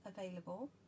available